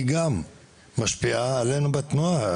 היא גם משפיעה עלינו בתנועה.